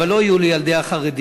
אבל לא יהיו לילדי החרדים,